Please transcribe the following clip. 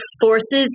forces